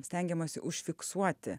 stengiamasi užfiksuoti